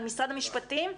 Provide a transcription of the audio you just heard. על משרד המשפטים,